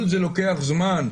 כל זה לוקח זמן.